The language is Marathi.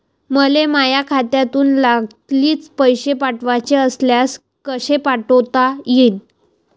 मले माह्या खात्यातून लागलीच पैसे पाठवाचे असल्यास कसे पाठोता यीन?